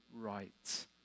right